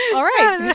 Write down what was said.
all right